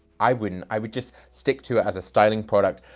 i wouldn't. i would just stick to it as a styling product,